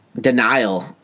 denial